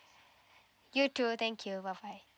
you too thank you bye bye